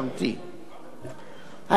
העקרונות הקבועים בחוק